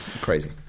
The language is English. Crazy